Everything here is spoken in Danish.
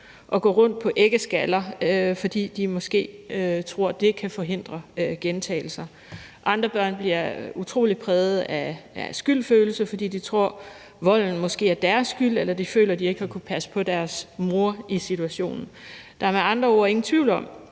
og gå rundt på æggeskaller, fordi de måske tror, at det kan forhindre gentagelser. Andre børn bliver utrolig præget af skyldfølelse, fordi de tror, volden måske er deres skyld, eller de føler, de ikke har kunnet passe på deres mor i situationen. Der er med andre ord ingen tvivl om,